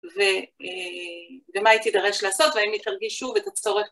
וגם מה היא תידרש לעשות והאם היא תרגיש שוב את הצורך.